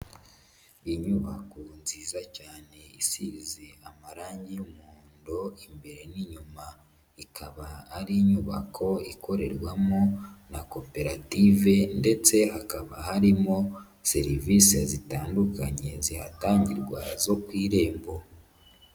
Unyubako nziza cyane isize amarangi y'umuhondo imbere n'inyuma, ikaba ari inyubako ikorerwamo na koperative ndetse hakaba harimo serivisi zitandukanye zihatangirwa zo ku irembo.